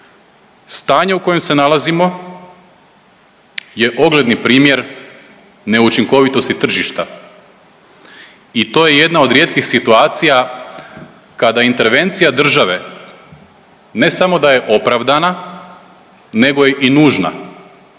Stanje u kojem se nalazimo je ogledni primjer neučinkovitosti tržišta i to je jedna od rijetkih situacija kada intervencija države ne samo da je opravdana nego je i nužna.